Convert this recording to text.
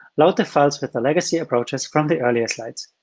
load the files with the legacy approaches from the earlier slides.